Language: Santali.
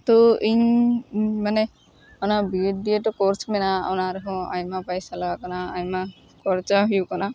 ᱛᱚ ᱤᱧᱻ ᱢᱟᱱᱮ ᱚᱱᱟ B Ed D Ed course ᱢᱮᱱᱟᱜᱼᱟ ᱚᱱᱟᱨᱮ ᱦᱚᱸ ᱟᱭᱢᱟ ᱯᱟᱭᱥᱟ ᱞᱟᱜᱟᱜ ᱠᱟᱱᱟ ᱟᱭᱢᱟ ᱠᱷᱚᱨᱪᱟ ᱦᱩᱭᱩᱜ ᱠᱟᱱᱟ